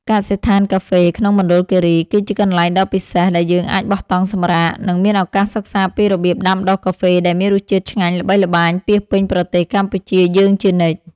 កសិដ្ឋានកាហ្វេក្នុងមណ្ឌលគីរីក៏ជាកន្លែងដ៏ពិសេសដែលយើងអាចបោះតង់សម្រាក និង មានឱកាសសិក្សាពីរបៀបដាំដុះកាហ្វេដែលមានរសជាតិឆ្ងាញ់ល្បីល្បាញពាសពេញប្រទេសកម្ពុជាយើងជានិច្ច។